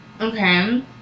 Okay